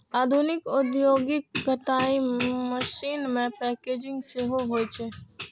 आधुनिक औद्योगिक कताइ मशीन मे पैकेजिंग सेहो होइ छै